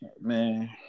Man